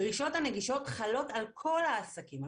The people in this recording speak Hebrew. דרישות הנגישות חלות על כל העסקים,